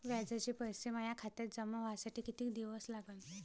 व्याजाचे पैसे माया खात्यात जमा व्हासाठी कितीक दिवस लागन?